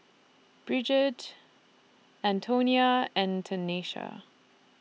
Brigid Antonia and Tanesha